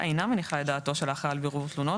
אינה מניחה את דעתו של האחראי על בירור תלונות,